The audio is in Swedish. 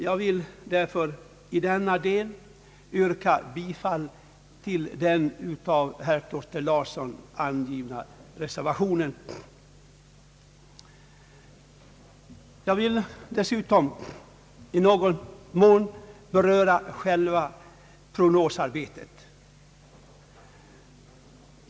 Jag vill således i denna del yrka bifall till den av herr Thorsten Larsson avgivna motionen. Jag vill dessutom i någon mån beröra själva prognosarbetet.